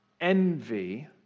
envy